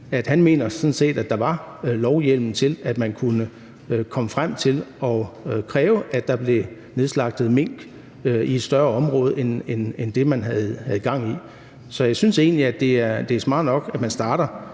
at han mener, at der sådan set var lovhjemmel til, at man kunne komme frem til at kræve, at der blev nedslagtet mink i et større område end det, man havde gang i. Så jeg synes egentlig, at det er smart nok, at man starter